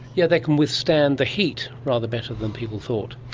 yeah they can withstand the heat rather better than people thought.